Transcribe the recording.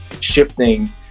shifting